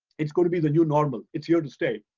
it's gonna be the new normal. it's here to stay.